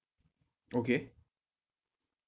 okay